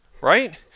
right